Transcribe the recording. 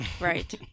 Right